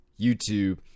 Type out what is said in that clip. YouTube